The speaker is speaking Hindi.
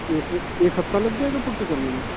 एक एक हफ्ता लग जाएगा पुट्टी करने में